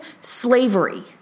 slavery